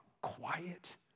quiet